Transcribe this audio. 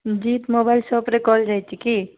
ଜିତ୍ mobile ସପ୍ରେ call ଯାଇଛି କି